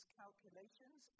calculations